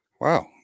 Wow